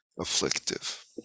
afflictive